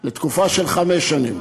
לתקופה של חמש שנים.